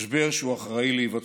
משבר שהוא אחראי להיווצרותו.